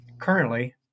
currently